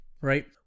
right